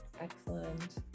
excellent